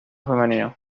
femenino